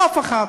לא אף אחד.